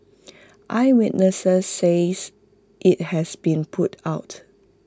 eyewitnesses says IT has been put out